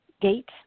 gate